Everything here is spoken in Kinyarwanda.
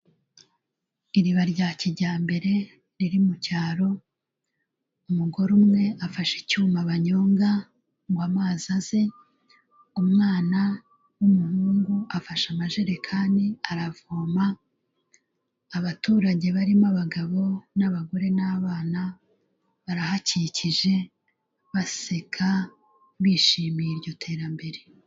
Iriba rya kijyambere riri mu cyaro, umugore umwe afashe icyuma banyonga ngo amazi aze, umwana w'umuhungu afasha amajerekani aravoma, abaturage barimo, abagabo n'abagore n'abana barahakikije baseka bishimiye iryo terambere.